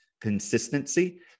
consistency